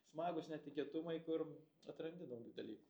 smagūs netikėtumai kur atrandi naujų dalykų